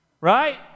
Right